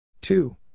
two